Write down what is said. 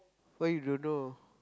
why you don't know